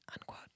unquote